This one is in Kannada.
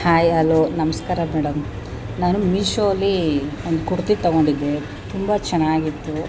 ಹಾಯ್ ಅಲೋ ನಮಸ್ಕಾರ ಮೇಡಮ್ ನಾನು ಮೀಶೋಲಿ ಒಂದು ಕುರ್ತ ತಗೊಂಡಿದ್ದೆ ತುಂಬ ಚೆನ್ನಾಗಿತ್ತು